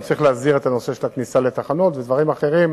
צריך להסדיר את הנושא של הכניסה לתחנות ודברים אחרים.